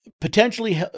potentially